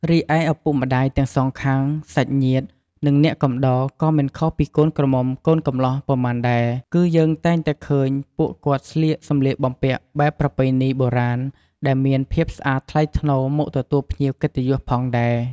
រីឯឪពុកម្តាយទាំងសងខាង សាច់ញាតិ និងអ្នកកំដរក៏មិនខុសពីកូនក្រមុំកូនកំលោះប៉ុន្មានដែល គឺយើងតែងតែឃើញពួកគាត់ស្លៀកសំលៀកបំពាក់បែបប្រពៃណីបុរាណដែលមានភាពស្អាតថ្លៃថ្នូរមកទទួលភ្ញៀវកិត្តិយសផងដែរ។